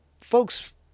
folks